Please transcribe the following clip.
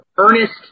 Ernest